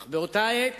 אך באותה עת